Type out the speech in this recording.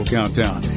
Countdown